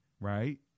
right